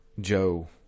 Joe